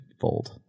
fold